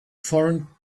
foreign